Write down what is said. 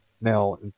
now